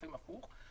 לפעמים הפוך.